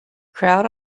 crowd